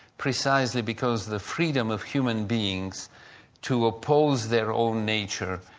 precisely because the freedom of human beings to oppose their own nature,